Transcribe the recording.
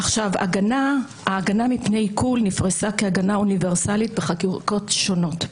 ההגנה מפני עיקול נפרסה כהגנה אוניברסלית בחקיקות שונות.